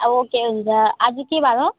अब के भन्छ आज के बार हो